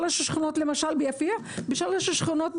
ביפיע למשל ב-3 שכונות.